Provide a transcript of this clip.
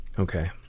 okay